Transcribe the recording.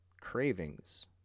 cravings